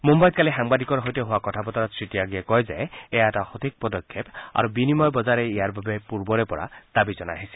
মূম্বাইত কালি সাংবাদিকৰ সৈতে হোৱা কথা বতৰাত শ্ৰীত্যাগীয়ে কয় যে এয়া এটা সঠিক পদক্ষেপ আৰু বিনিময় বজাৰে ইয়াৰ বাবে পূৰ্বৰে পৰা দাবী জনাই আহিছিল